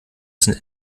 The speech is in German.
sind